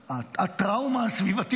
הטראומה הסביבתית,